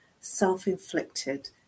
self-inflicted